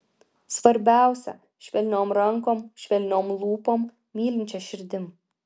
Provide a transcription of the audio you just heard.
svarbiausia švelniom rankom švelniom lūpom mylinčia širdim